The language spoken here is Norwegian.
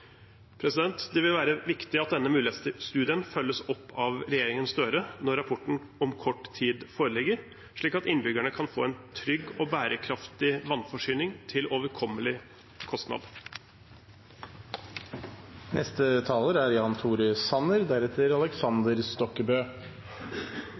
Det vil være viktig at denne mulighetsstudien følges opp av regjeringen Støre når rapporten om kort tid foreligger, slik at innbyggerne kan få en trygg og bærekraftig vannforsyning til en overkommelig kostnad. Bærekraftsmålene engasjerer bredt. Det viser denne debatten. Men det er